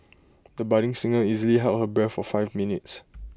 the budding singer easily held her breath for five minutes